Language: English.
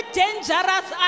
dangerous